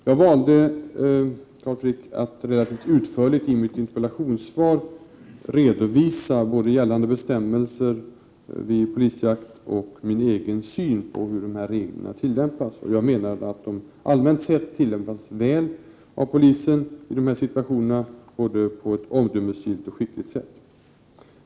Jag valde, Carl Frick, att i mitt interpellationssvar relativt utförligt redovisa både gällande bestämmelser vid polisjakt och min egen syn på hur dessa regler tillämpas. Jag hävdar att de allmänt sett tillämpas väl av polisen i dessa situationer — både på ett omdömesgillt och på ett skickligt sätt.